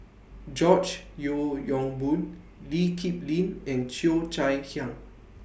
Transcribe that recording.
George Yeo Yong Boon Lee Kip Lin and Cheo Chai Hiang